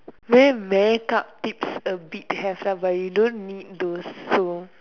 maybe make up tips a bit have lah but you don't need those so